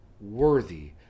worthy